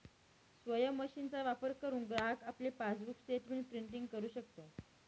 स्वयम मशीनचा वापर करुन ग्राहक आपले पासबुक स्टेटमेंट प्रिंटिंग करु शकतो